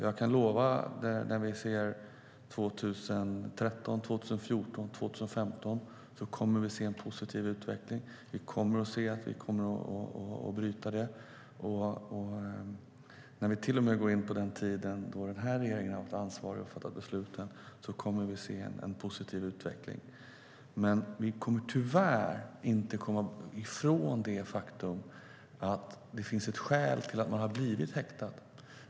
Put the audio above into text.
Jag kan lova att vi för 2013, 2014 och 2015 kommer att se en positiv utveckling. Vi kommer att se att vi bryter detta. När vi till och med går in på den tid då den här regeringen har haft ansvaret och fattat besluten kommer vi att se en positiv utveckling. Vi kommer dock tyvärr inte att komma ifrån det faktum att det finns ett skäl till att man har blivit häktad.